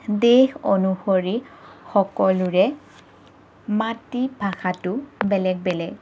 দেশ অনুসৰি সকলোৰে মাতীভাষাটো বেলেগ বেলেগ